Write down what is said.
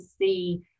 see